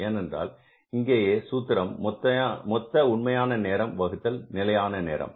ஏனென்றால் இங்கேயே சூத்திரம் மொத்த உண்மையான நேரம் வகுத்தல் நிலையான நேரம்